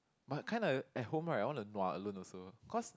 but kind of at home right I want to nua alone also cause